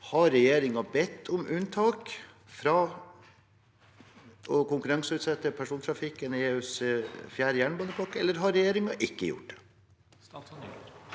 Har regjeringen bedt om unntak fra å konkurranseutsette persontrafikken i EUs fjerde jernbanepakke, eller har regjeringen ikke gjort det?